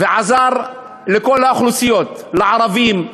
ועזר לכל האוכלוסיות לערבים,